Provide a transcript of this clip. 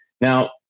Now